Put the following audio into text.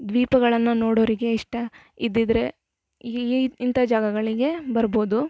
ದ್ವೀಪಗಳನ್ನ ನೋಡೋರಿಗೆ ಇಷ್ಟ ಇದ್ದಿದ್ದರೆ ಈ ಈ ಇಂಥಾ ಜಾಗಗಳಿಗೆ ಬರ್ಬೋದು